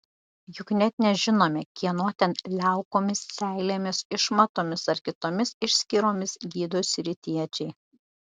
juk net nežinome kieno ten liaukomis seilėmis išmatomis ar kitomis išskyromis gydosi rytiečiai